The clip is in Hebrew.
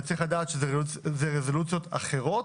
אבל צריך לדעת שזה רזולוציות אחרות.